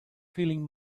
feeling